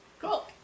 cool